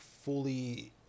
fully